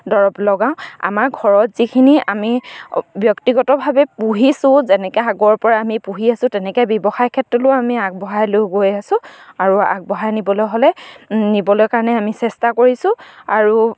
দৰৱ লগাওঁ আমাৰ ঘৰত যিখিনি আমি ব্যক্তিগতভাৱে পুহিছোঁ যেনেকে আগৰ পৰা আমি পুহি আছোঁ তেনেকে ব্যৱসায় ক্ষেত্ৰলৈও আমি আগবঢ়াই লৈ গৈ আছোঁ আৰু আগবঢ়াই নিবলৈ হ'লে নিবলৈ কাৰণে আমি চেষ্টা কৰিছোঁ আৰু